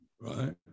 right